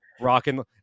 Rocking